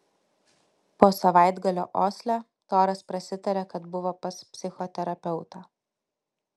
po savaitgalio osle toras prasitarė kad buvo pas psichoterapeutą